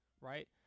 right